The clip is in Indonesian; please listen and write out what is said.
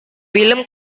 film